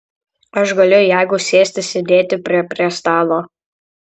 aš galiu jeigu sėsti sėdėti prie prie stalo